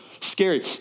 scary